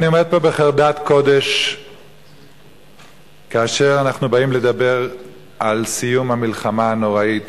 אני עומד פה בחרדת קודש כאשר אנחנו באים לדבר על סיום המלחמה הנוראה,